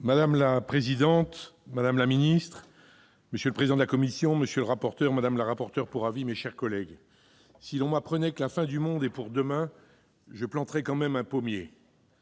Madame la présidente, madame la secrétaire d'État, monsieur le rapporteur, madame la rapporteure pour avis, mes chers collègues, « si l'on m'apprenait que la fin du monde est pour demain, je planterai quand même un pommier